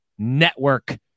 network